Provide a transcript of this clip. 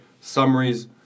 summaries